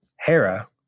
Hera